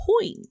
point